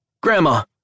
Grandma